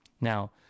Now